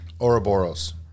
Ouroboros